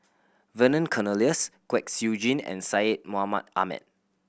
Vernon Cornelius Kwek Siew Jin and Syed Mohamed Ahmed